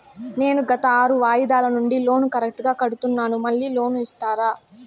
నేను గత ఆరు వాయిదాల నుండి లోను కరెక్టుగా కడ్తున్నాను, మళ్ళీ లోను ఇస్తారా?